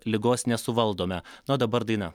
ligos nesuvaldome na o dabar daina